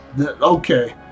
Okay